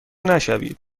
نشوید